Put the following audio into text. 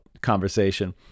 conversation